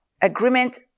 agreement